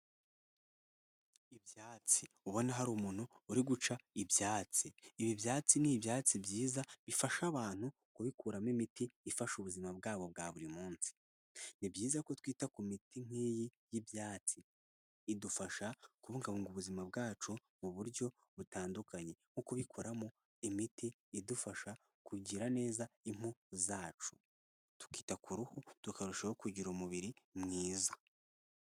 Ibyatsi ubona hari umuntu uri guca ibyatsi. Ibi byatsi ni ibyatsi byiza bifasha abantu kubikuramo imiti ifasha ubuzima bwabo bwa buri munsi. Ni byiza ko twita ku miti nk'iyi y'ibyatsi idufasha kubungabunga ubuzima bwacu mu buryo butandukanye nko kubikoramo imiti idufasha kugira neza impu zacu tukita ku ruhu tukarushaho kugira umubiri mwiza.